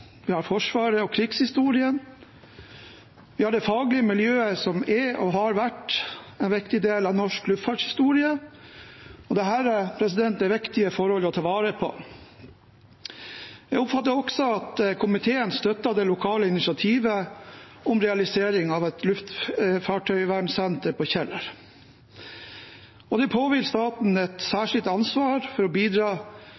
Forsvaret og krigshistorien og på grunn av det faglige miljøet som er og har vært en viktig del av norsk luftfartshistorie. Dette er viktige forhold å ta vare på. Jeg oppfatter også at komiteen støtter det lokale initiativet om realisering av et luftfartøyvernsenter på Kjeller. Det påhviler staten et